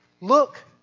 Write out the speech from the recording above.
Look